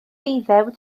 eiddew